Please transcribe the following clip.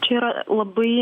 čia yra labai